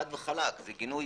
חד וחלק.